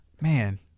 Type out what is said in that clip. Man